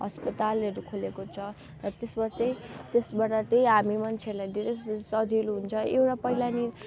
अस्पतालहरू खोलेको छ र त्यसमा चाहिँ त्यसबाट चाहिँ हामी मान्छेहरूलाई धेरै स सजिलो हुन्छ एउटा पहिला नि